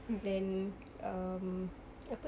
then um apa